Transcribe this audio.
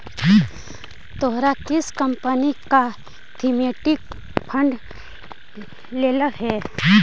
तोहरा किस कंपनी का थीमेटिक फंड लेलह हे